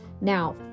Now